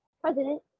president